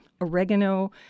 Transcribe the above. oregano